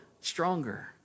stronger